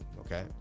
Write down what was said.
okay